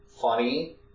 funny